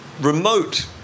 remote